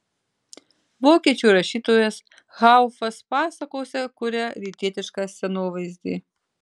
vokiečių rašytojas haufas pasakose kuria rytietišką scenovaizdį